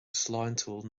sláintiúil